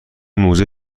موزه